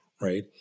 right